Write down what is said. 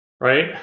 right